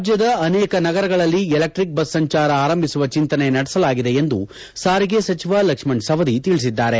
ರಾಜ್ಯದ ಅನೇಕ ನಗರಗಳಲ್ಲಿ ಎಲೆಕ್ಟಿಕ್ ಬಸ್ ಸಂಚಾರ ಆರಂಭಿಸುವ ಚಿಂತನೆ ನಡೆಸಲಾಗಿದೆ ಎಂದು ಸಾರಿಗೆ ಸಚಿವ ಲಕ್ಷ್ಮಣ ಸವದಿ ತಿಳಿಸಿದ್ದಾರೆ